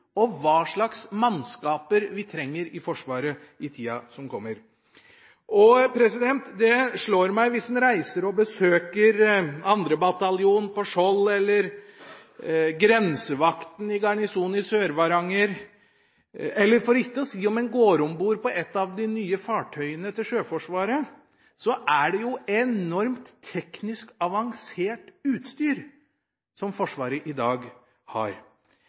og hva slags mannskaper vi trenger i Forsvaret i tida som kommer? Det slår meg hvis en reiser og besøker 2. bataljon på Skjold eller grensevakten i garnisonen i Sør-Varanger, eller for ikke å si om en går om bord på et av de nye fartøyene til Sjøforsvaret, at det er et enormt teknisk avansert utstyr Forsvaret i dag har.